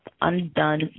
undone